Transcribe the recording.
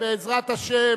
בעזרת השם